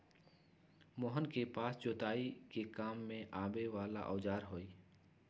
मोहन के पास जोताई के काम में आवे वाला औजार हई